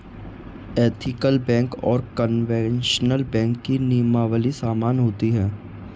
ethical bank और conventional bank की नियमावली समान होती है